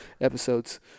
episodes